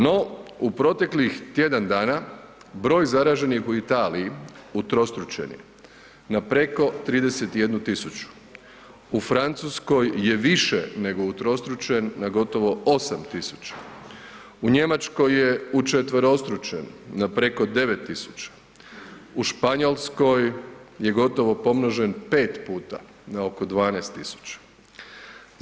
No, u proteklih tjedan dana broj zaraženih u Italiji utrostručen je na preko 31.000, u Francuskoj je više nego utrostručen na gotovo 8.000, u Njemačkoj je učetverostručen na preko 9.000, u Španjolskoj je gotovo pomnožen 5 puta na oko 12.000.